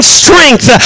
strength